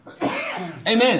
Amen